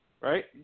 right